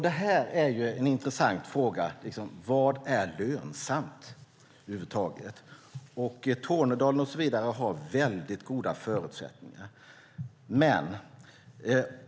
Det är en intressant fråga. Vad är lönsamt över huvud taget? Tornedalen och så vidare har väldigt goda förutsättningar.